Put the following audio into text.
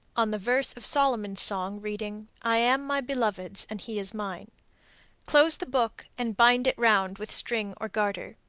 on the verse of solomon's song reading, i am my beloved's and he is mine close the book and bind it round with string or garter,